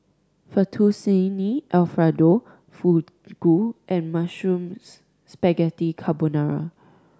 Fettuccine Alfredo Fugu and Mushroom Spaghetti Carbonara